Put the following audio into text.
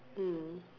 mm